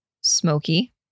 smoky